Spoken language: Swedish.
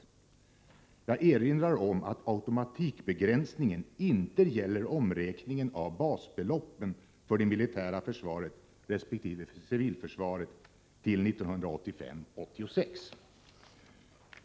Jag erinrar om att automatikbegränsningen inte gäller omräkningen av basbeloppen för det militära försvaret resp. civilförsvaret till 1985/86.